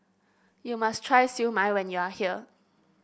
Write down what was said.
you must try Siew Mai when you are here